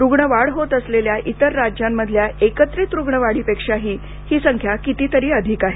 रुग्ण वाढ होत असलेल्या इतर राज्यांमधल्या एकत्रित रुग्ण वाढीपेक्षाही ही संख्या कितीतरी अधिक आहे